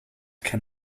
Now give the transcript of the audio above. can